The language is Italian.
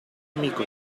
amico